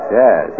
yes